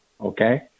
Okay